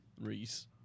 Reese